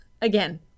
Again